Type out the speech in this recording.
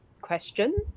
question